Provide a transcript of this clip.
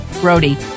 Brody